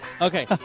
Okay